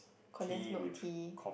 condensed milk tea